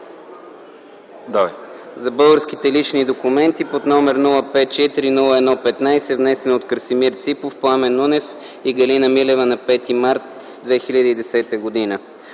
за българските лични документи, № 054-01-15, внесен от Красимир Ципов, Пламен Нунев и Галина Милева на 5 март 2010 г.